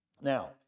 Now